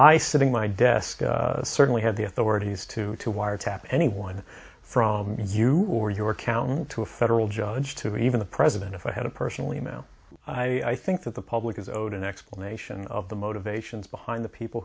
i sitting my desk certainly had the authorities to to wiretap anyone from you or your accountant to a federal judge to even the president if i had a personal e mail i think that the public is owed an explanation of the motivations behind the people